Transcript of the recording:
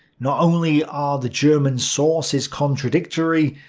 not only are the german sources contradictory,